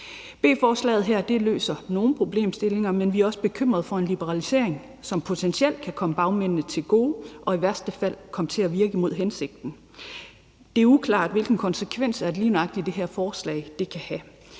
her løser nogle problemstillinger, men vi er også bekymrede for en liberalisering, som potentielt kan komme bagmændene til gode, og som i værste fald kan komme til at virke imod hensigten. Det er uklart, hvilken konsekvens det her forslag lige nøjagtig kan have.